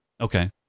Okay